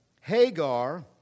Hagar